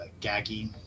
Gaggy